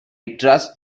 trust